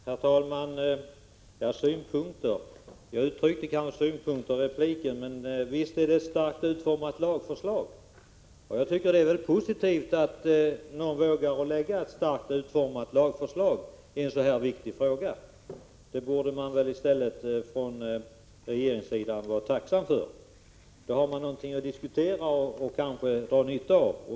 Herr talman! Evert Svensson påpekade att jag talade om synpunkter. Det kanske var så jag uttryckte mig i repliken. Men visst är det ett starkt utformat lagförslag. Jag tycker det är positivt att någon vågar lägga fram ett starkt utformat lagförslag i en så här viktig fråga. Det borde regeringen i stället vara tacksam för. Då har man någonting att diskutera och kanske dra nytta av.